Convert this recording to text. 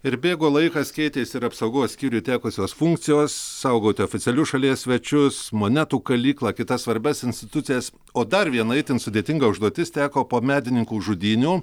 ir bėgo laikas keitėsi ir apsaugos skyriui tekusios funkcijos saugoti oficialius šalies svečius monetų kalyklą kitas svarbias institucijas o dar viena itin sudėtinga užduotis teko po medininkų žudynių